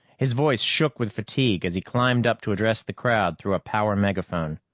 his voice shook with fatigue as he climbed up to address the crowd through a power megaphone.